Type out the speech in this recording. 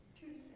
Tuesday